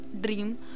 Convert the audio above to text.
dream